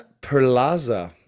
Perlaza